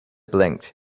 blinked